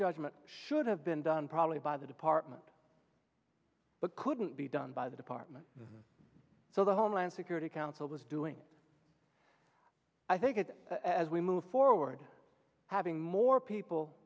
judgment should have been done probably by the department but couldn't be done by the department so the homeland security council is doing i think as we move forward having more people